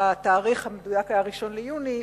התאריך המדויק היה 1 ביוני,